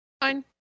Fine